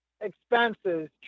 expenses